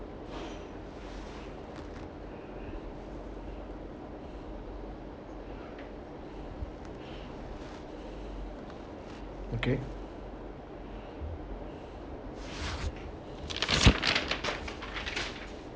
okay